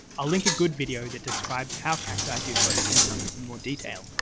i'll link a good video that describes how cacti do photosynthesis in more detail,